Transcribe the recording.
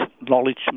knowledge